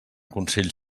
consell